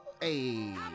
Hey